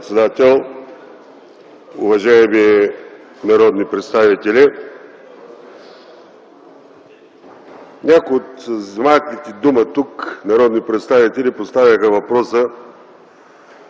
председател. Уважаеми народни представители, някои от взелите думата тук народни представители поставиха въпроса